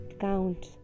count